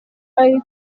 ari